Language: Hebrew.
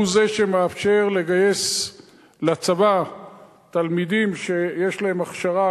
הוא שמאפשר לגייס לצבא תלמידים שיש להם הכשרה,